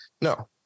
No